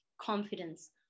confidence